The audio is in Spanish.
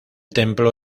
templo